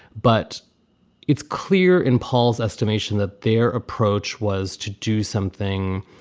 but it's clear in paul's estimation that their approach was to do something